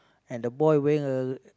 and the boy wearing a